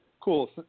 cool